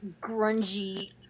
grungy